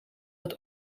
het